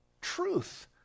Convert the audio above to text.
truth